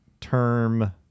term